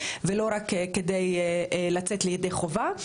ולא רק כדי לצאת ידי חובה.